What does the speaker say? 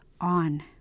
on